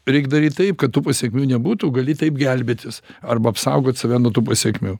reik daryt taip kad tų pasekmių nebūtų gali taip gelbėtis arba apsaugot save nuo tų pasekmių